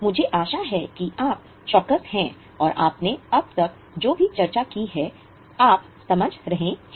मुझे आशा है कि आप चौकस हैं और आपने अब तक जो भी चर्चा की है आप समझ गए हैं